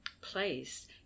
place